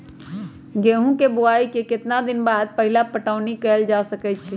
गेंहू के बोआई के केतना दिन बाद पहिला पटौनी कैल जा सकैछि?